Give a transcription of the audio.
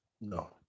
no